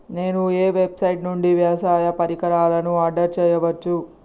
నేను ఏ వెబ్సైట్ నుండి వ్యవసాయ పరికరాలను ఆర్డర్ చేయవచ్చు?